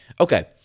Okay